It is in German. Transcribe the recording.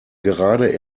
gerade